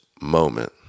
moment